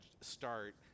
start